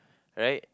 right